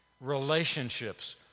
Relationships